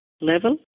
level